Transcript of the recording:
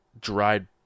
dried